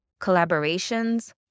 collaborations